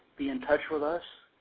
be in touch with us.